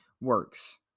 works